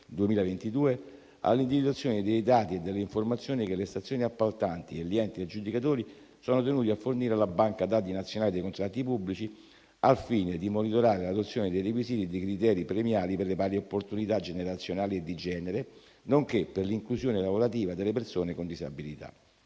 2022, all'individuazione dei dati e delle informazioni che le stazioni appaltanti e gli enti aggiudicatori sono tenuti a fornire alla banca dati nazionali dei contratti pubblici al fine di monitorare l'adozione dei requisiti e dei criteri premiali per le pari opportunità generazionali e di genere nonché per l'inclusione lavorativa delle persone con disabilità.